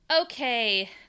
Okay